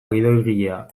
gidoigilea